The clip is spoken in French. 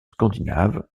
scandinaves